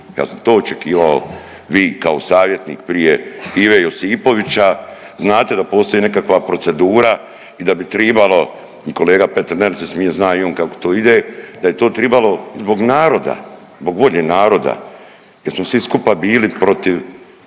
ja sam to očekivao, vi kao savjetnik prije Ive Josipovića znate da postoji nekakva procedura i da bi tribalo i kolega Petrov meni se smije zna i on kako to ide, da je to tribalo zbog naroda, zbog volje naroda jel smo svi skupa bili protiv